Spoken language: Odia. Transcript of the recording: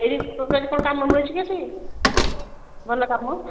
ଏଇ ପ୍ରୋଜେକ୍ଟର କାମ ମିଳିଛି କି ସେଠି ଭଲ କାମ